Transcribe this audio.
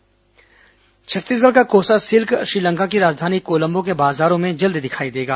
कोसा silk MOU Chhattisgarh का कोसा सिल्क श्रीलंका की राजधानी कोलंबो के बाजारों में जल्द दिखाई देगा